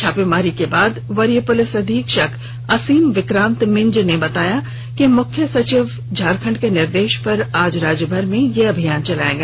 छापामारी समाप्त होने के बाद वरीय पुलिस अधीक्षक असीम विक्रांत मिंज ने बताया कि मुख्य सचिव झारखंड के निर्देश पर आज राज्य भर में यह अभियान चलाया गया